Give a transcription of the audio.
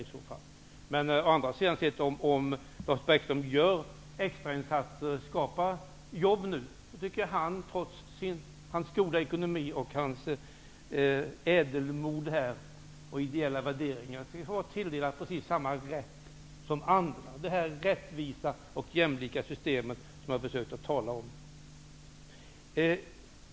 Men om Lars Bäckström å andra sidan nu gör extrainsatser och skapar jobb, tycker jag att han trots sin goda ekonomi, hans ädelmod och ideella värderingar här har tilldelats precis samma rätt som andra att uppnå detta rättvisa och jämlika system som jag har försökt att tala om.